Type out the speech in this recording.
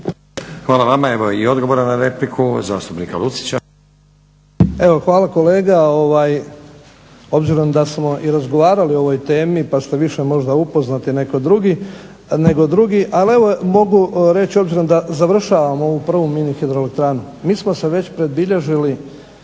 Hvala vama. Evo i odgovora na repliku zastupnika Lucića.